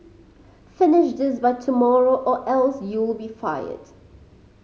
finish this by tomorrow or else you'll be fired